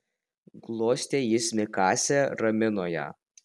glostė jis mikasę ramino ją